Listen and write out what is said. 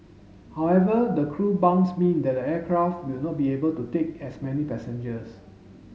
however the crew bunks mean that the aircraft will not be able to take as many passengers